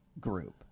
group